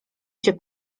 cię